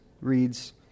reads